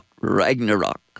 Ragnarok